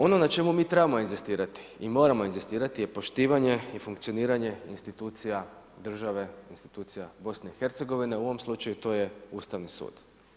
Ono na čemu mi trebamo inzistirati i moramo inzistirati je poštovanje i funkcioniranje institucija države, institucija BiH-a, u ovo, slučaju to je Ustavni sud.